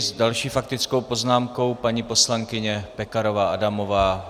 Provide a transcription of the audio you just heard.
S další faktickou poznámkou paní poslankyně Pekarová Adamová.